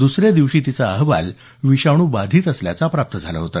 दसऱ्या दिवशी तिचा अहवाल विषाणू बाधित असल्याचा प्राप्त झाला होता